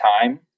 time